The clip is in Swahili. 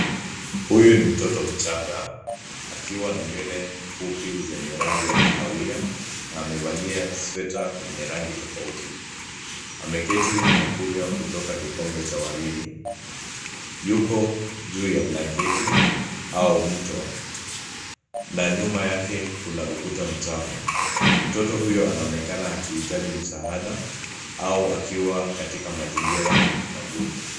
Huyu ni mtoto mchanga, akiwa na nywele fupi zenye rangi ya kahawia na amevalia sweta yenye rangi tofauti. Ameketi na kunywa kutoka kikombe cha waridi. Yuko juu ya blanketi au mto na nyuma yake kuna ukuta mchafu. Mtoto huyo anaonekana akihitaji msaada au akiwa katika mazingira magumu.